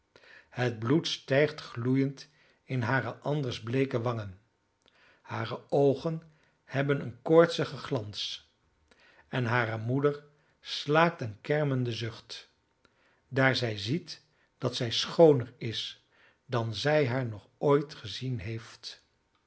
het bloed stijgt gloeiend in hare anders bleeke wangen hare oogen hebben een koortsigen glans en hare moeder slaakt een kermenden zucht daar zij ziet dat zij schooner is dan zij haar nog ooit gezien heeft